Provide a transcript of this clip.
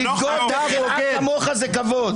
--- לבגוד בחלאה כמוך זה כבוד.